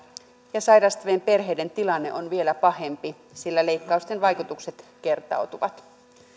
ja sairastavien perheiden tilanne on vielä pahempi sillä leikkausten vaikutukset kertautuvat